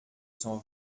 cent